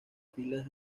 filas